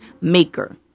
maker